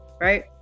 right